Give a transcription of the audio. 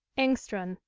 engstrand.